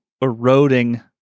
eroding